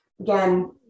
Again